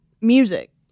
music